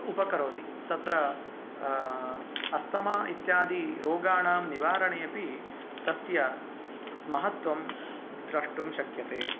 उपकरोति तत्र अस्तमा इत्यादि रोगाणां निवारणेऽपि तस्य महत्त्वं द्रष्टुं शक्यते